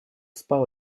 спал